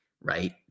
right